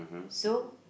so